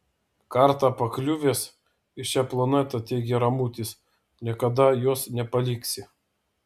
kartą pakliuvęs į šią planetą teigė ramutis niekada jos nepaliksi